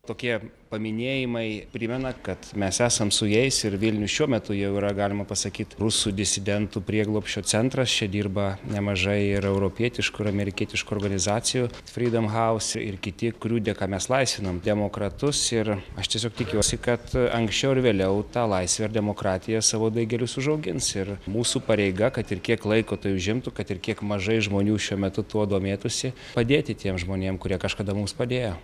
tokie paminėjimai primena kad mes esam su jais ir vilnius šiuo metu jau yra galima pasakyt rusų disidentų prieglobsčio centras čia dirba nemažai ir europietiškų ir amerikietiškų organizacijų fridom hause ir kiti kurių dėka mes laisvinam demokratus ir aš tiesiog tikiuosi kad anksčiau ar vėliau tą laisvę ir demokratiją savo daigelius užaugins ir mūsų pareiga kad ir kiek laiko tai užimtų kad ir kiek mažai žmonių šiuo metu tuo domėtųsi padėti tiem žmonėm kurie kažkada mums padėjo